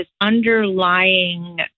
underlying